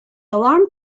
alarm